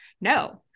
no